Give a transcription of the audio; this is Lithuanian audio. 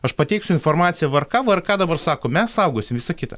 aš pateiksiu informaciją vrk vrk dabar sako mes saugosi visa kita